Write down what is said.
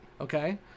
okay